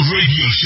Radio